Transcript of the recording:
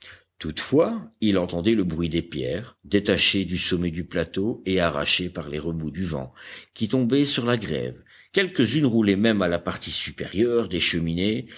toutefois il entendait le bruit des pierres détachées du sommet du plateau et arrachées par les remous du vent qui tombaient sur la grève quelques-unes roulaient même à la partie supérieure des cheminées